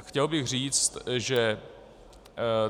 Chtěl bych říct, že